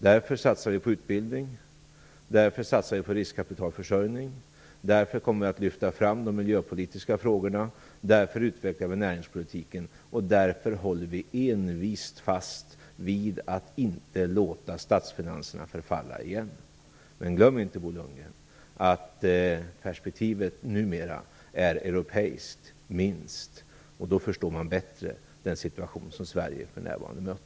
Därför satsar vi på utbildning, därför satsar vi på riskkapitalförsörjning, därför kommer vi att lyfta fram de miljöpolitiska frågorna, därför utvecklar vi näringspolitiken och därför håller vi envist fast vid att inte låta statsfinanserna förfalla igen. Men glöm inte, Bo Lundgren, att perspektivet numera är europeiskt, minst, och då förstår man bättre den situation som Sverige för närvarande möter.